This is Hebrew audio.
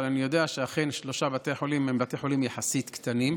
אבל אני יודע שאכן שלושה בתי החולים הם בתי חולים יחסית קטנים.